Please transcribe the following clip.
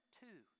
two